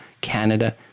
Canada